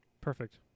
perfect